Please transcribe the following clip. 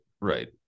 right